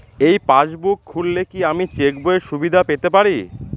এই পাসবুক খুললে কি আমি চেকবইয়ের সুবিধা পেতে পারি?